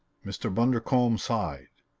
mr. bundercombe sighed.